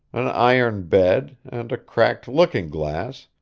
an iron bed and a cracked looking-glass,